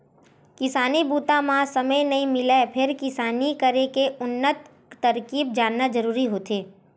किसानी बूता म समे नइ मिलय फेर किसानी करे के उन्नत तरकीब जानना जरूरी होथे